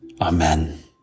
Amen